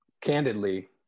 candidly